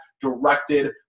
directed